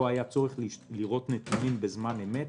פה היה צורך לראות נתונים בזמן אמת.